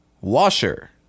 Washer